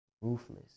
ruthless